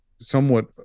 somewhat